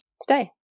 stay